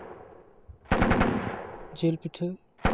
ᱡᱤᱞ ᱯᱤᱴᱷᱟᱹ